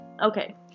Okay